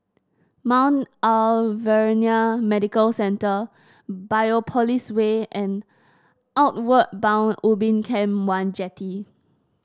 Mount Alvernia Medical Centre Biopolis Way and Outward Bound Ubin Camp one Jetty